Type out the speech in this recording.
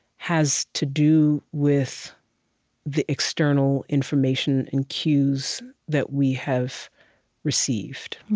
has to do with the external information and cues that we have received.